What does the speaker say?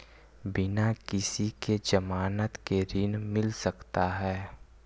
बिना किसी के ज़मानत के ऋण मिल सकता है?